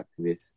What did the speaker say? activists